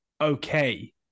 okay